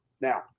Now